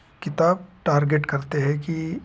किताब टारगेट करते हैं कि